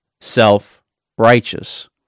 self-righteous